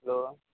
hello